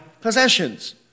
possessions